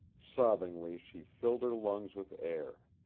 sobbingly she filled her lungs with air.